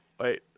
Wait